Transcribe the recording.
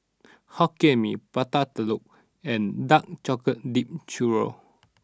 Hokkien Mee Prata Telur and Dark Chocolate Dipped Churro